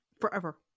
forever